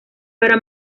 para